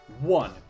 One